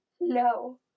No